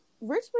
Richmond